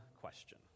question